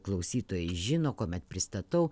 klausytojai žino kuomet pristatau